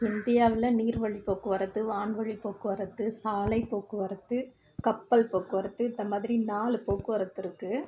இந்தியாவில் நீர்வழிப் போக்குவரத்து வான்வழிப் போக்குவரத்து சாலைப் போக்குவரத்து கப்பல் போக்குவரத்து இந்த மாதிரி நாலு போக்குவரத்து இருக்குது